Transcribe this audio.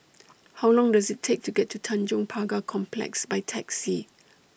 How Long Does IT Take to get to Tanjong Pagar Complex By Taxi